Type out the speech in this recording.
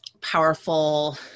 powerful